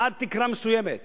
עד תקרה מסוימת,